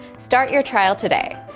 start your trial today.